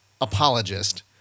apologist